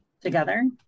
together